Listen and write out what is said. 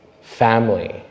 family